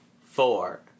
Four